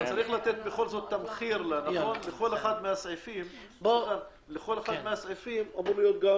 אבל אתה צריך לתת לכל אחד מהסעיפים תמחור,